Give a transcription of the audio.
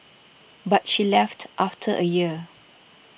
but she left after a year